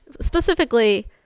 Specifically